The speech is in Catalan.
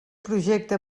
projecte